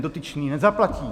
Dotyčný nezaplatí.